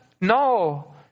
no